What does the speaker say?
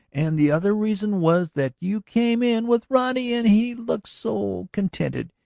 and the other reason was that you came in with roddy and he looked so contented.